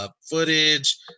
footage